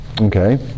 Okay